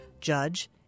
Judge